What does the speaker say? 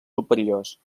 superiors